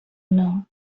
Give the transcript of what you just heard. know